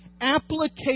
application